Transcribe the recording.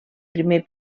primer